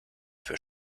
für